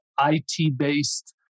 IT-based